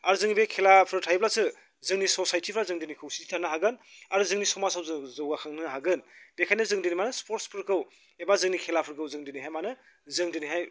आरो जों बे खेलाफोर थायोब्लासो जोंनि ससायथिफ्रा जों दिनै खौसेथि थानो हागोन आरो जोंनि समाजाव जों जौगाखांनो हागोन बेनिखायनो जों दिनै मा होनो स्पर्ट्सफोरखौ एबा जोंनि खेलाफोरखौ जों दिनैहाय मा होनो जों दिनैहाय